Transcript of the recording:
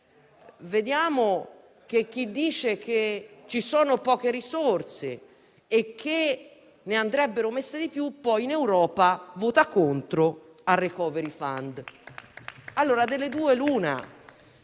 Vediamo che chi dice che ci sono poche risorse e ne andrebbero messe di più poi in Europa vota contro il *recovery fund*.